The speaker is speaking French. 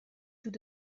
tout